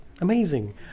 amazing